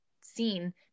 seen